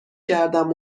کردم